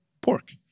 pork